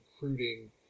recruiting